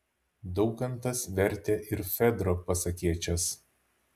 daukantas vertė ir fedro pasakėčias